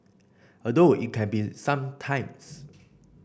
although it can be some times